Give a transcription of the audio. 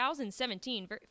2017